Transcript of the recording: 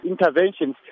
interventions